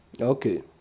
Okay